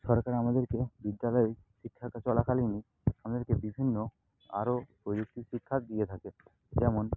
সরকার আমাদেরকে বিদ্যালয়ে শিক্ষাকা চলাকালীনই আমাদেরকে বিভিন্ন আরও প্রযুক্তির শিক্ষা দিয়ে থাকে যেমন